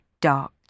dark